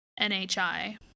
NHI